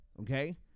okay